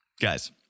Guys